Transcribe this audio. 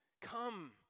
Come